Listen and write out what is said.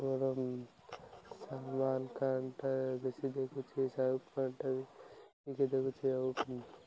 କର ସୱଲ କଣ୍ଟା ବେଶି ଦେକୁଚ ସଉ କଣ୍ଟ ବିିକ ଦେକୁଚଉ